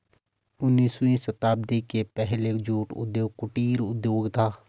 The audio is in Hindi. उन्नीसवीं शताब्दी के पहले जूट उद्योग कुटीर उद्योग था